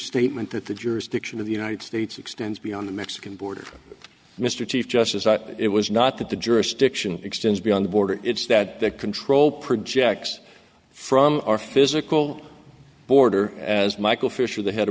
statement that the jurisdiction of the united states extends beyond the mexican border mr chief justice it was not that the jurisdiction extends beyond the border it's that that control projects from our physical border as michael fisher the head